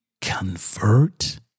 convert